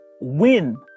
win